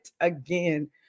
again